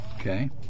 okay